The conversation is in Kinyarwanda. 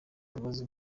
imbabazi